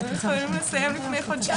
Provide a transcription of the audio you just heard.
פרקליטות, משרד המשפטים.